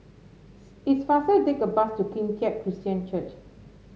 it's faster to take the bus to Kim Keat Christian Church